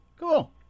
Cool